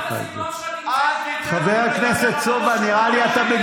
ואתה, חבר הכנסת סובה, תודה.